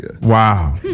Wow